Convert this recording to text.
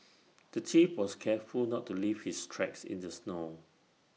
the thief was careful not to leave his tracks in the snow